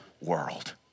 world